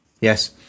yes